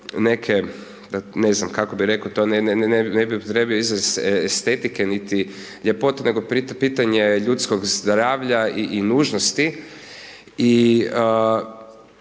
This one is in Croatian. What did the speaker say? neke, ne znam kako bih rekao to, ne estetike niti ljepote nego pitanje ljudskog zdravlja i nužnosti